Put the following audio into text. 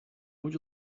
would